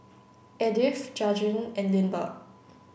Edyth Jajuan and Lindbergh